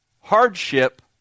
hardship